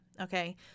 Okay